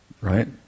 right